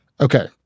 Okay